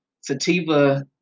Sativa